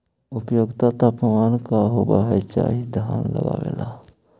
उपयुक्त तापमान का होबे के चाही धान लगावे ला?